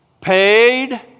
paid